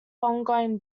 ongoing